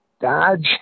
Dodge